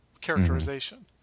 characterization